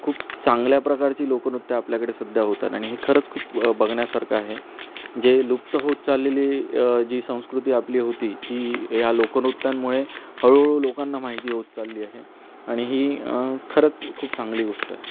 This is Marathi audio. खूप चांगल्या प्रकारची लोकनृत्य आपल्याकडे सुद्धा होतात आणि हे खरंच खूप बघण्यासारखं आहे जे लुप्त होत चाललेली जी संस्कृती आपली होती ती ह्या लोकनृत्यांमुळे हळूहळू लोकांना माहिती होत चालली आहे आणि ही खरंच खूप चांगली गोष्ट आहे